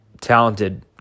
talented